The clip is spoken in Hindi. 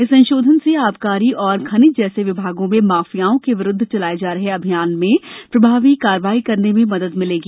इस संशोधन से आबकारी और खनिज जैसे विभागों में माफियाओं के विरुद्व चलाये जा रहे अभियान में प्रभावी कार्यवाही करने में मदद मिलेगी